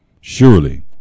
surely